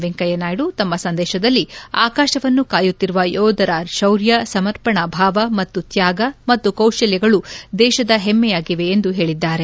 ವೆಂಕಯ್ಯನಾಯ್ಡ ತಮ್ಮ ಸಂದೇಶದಲ್ಲಿ ಆಕಾಶವನ್ನು ಕಾಯುತ್ತಿರುವ ಯೋಧರ ಶೌರ್ಯ ಸಮರ್ಪಣಾ ಭಾವ ಮತ್ತು ತ್ಯಾಗ ಮತ್ತು ಕೌಶಲ್ಯಗಳು ದೇಶದ ಹೆಮ್ಮೆಯಾಗಿವೆ ಎಂದು ಹೇಳಿದ್ದಾರೆ